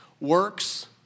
Works